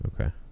Okay